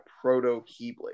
proto-Keyblade